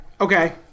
Okay